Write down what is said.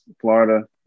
Florida